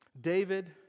David